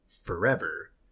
forever